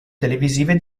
televisive